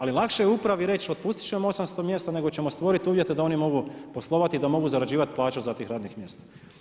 Ali lakše je upravi reći, otpustit ćemo 800 mjesta nego ćemo stvoriti uvjete da oni mogu poslovati i da mogu zarađivati plaću za tih radnih mjesta.